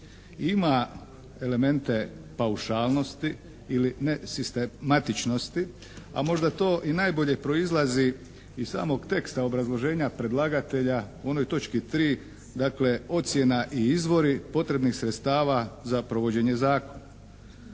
Ima elemente paušalnosti ili nesistematičnosti, a možda to i najbolje proizlazi iz samog teksta obrazloženja predlagatelja u onoj točki 3. dakle ocjena i izvori potrebnih sredstava za provođenje zakona.